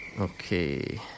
Okay